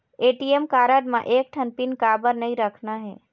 ATM card म एक ठन पिन काबर नई रखना हे?